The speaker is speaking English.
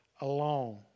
alone